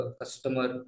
customer